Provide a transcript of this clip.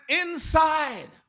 inside